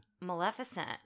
Maleficent